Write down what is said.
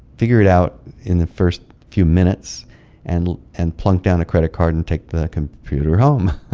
figure it out in the first few minutes and and plunk down a credit card and take the computer home.